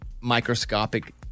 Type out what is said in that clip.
microscopic